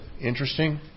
interesting